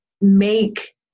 make